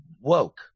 woke